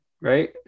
right